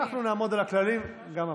אנחנו נעמוד על הכללים גם הפעם.